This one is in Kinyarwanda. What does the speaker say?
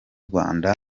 rwanda